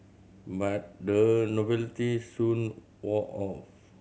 but the novelty soon wore off